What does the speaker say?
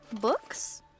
books